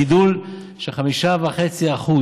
גידול של כ-5.5%.